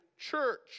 Church